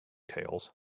tales